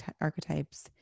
archetypes